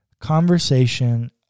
conversation